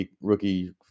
rookie